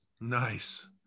Nice